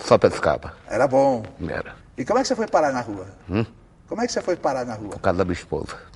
Só pescava. Era bom? Era. E como é que você foi parar na rua? Hum? Como é que você foi parar na rua? Por causa da minha esposa.